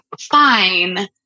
fine